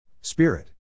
Spirit